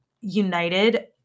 united